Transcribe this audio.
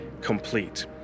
complete